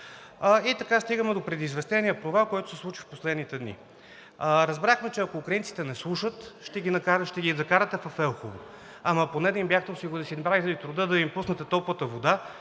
И така стигаме до предизвестения провал, който се случи в последните дни. Разбрахме, че ако украинците не слушат, ще ги закарате в Елхово. Ама, поне да си бяхте направили труда да им пуснете топлата вода